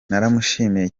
naramushimiye